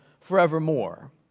forevermore